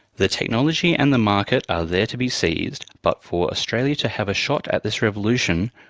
the technology and the market are there to be seized but for australia to have a shot at this revolution,